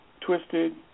twisted